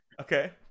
Okay